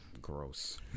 Gross